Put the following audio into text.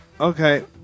Okay